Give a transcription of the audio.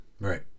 Right